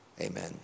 amen